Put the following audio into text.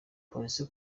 police